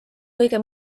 kõige